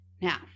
Now